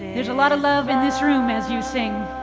is a lot of love in this room as you sing.